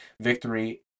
victory